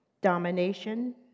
domination